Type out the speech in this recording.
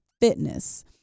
fitness